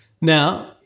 now